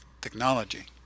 Technology